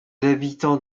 habitants